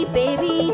baby